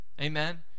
Amen